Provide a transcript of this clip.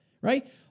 right